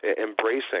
embracing